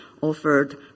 offered